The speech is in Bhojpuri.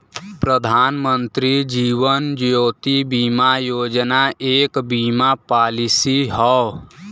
प्रधानमंत्री जीवन ज्योति बीमा योजना एक बीमा पॉलिसी हौ